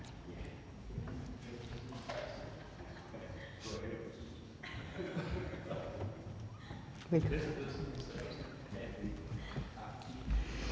Tak